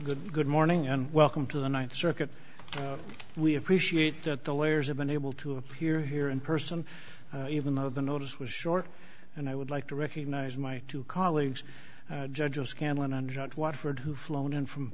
good good morning and welcome to the ninth circuit we appreciate that the lawyers have been able to appear here in person even though the notice was short and i would like to recognize my two colleagues judges scanlan and judge waterford who flown in from